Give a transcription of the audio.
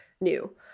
new